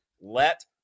let